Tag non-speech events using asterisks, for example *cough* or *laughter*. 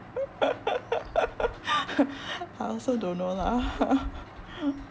*laughs* I also don't know lah *laughs*